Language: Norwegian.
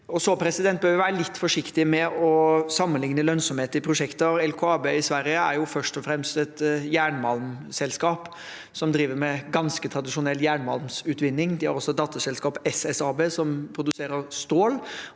utvides. Så bør vi være litt forsiktige med å sammenligne lønnsomhet i prosjekter. LKAB i Sverige er jo først og fremst et jernmalmselskap, som driver med ganske tradisjonell jernmalmutvinning. De har også et datterselskap, SSAB, som produserer stål.